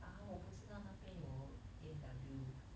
ah 我不知道那边有 A&W